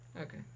Okay